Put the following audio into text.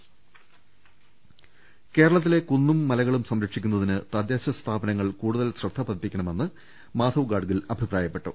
ദർവ്വെട്ടറ കേരളത്തിലെ കുന്നും മലകളും സംരക്ഷിക്കുന്നതിന് തദ്ദേശ സ്ഥാപന ങ്ങൾ കൂടുതൽ ശ്രദ്ധ പതിപ്പിക്കണമെന്ന് മാധവ് ഗാഡ്ഗിൽ അഭിപ്രായപ്പെ ട്ടു